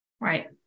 right